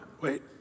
Wait